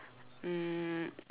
um